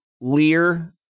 Lear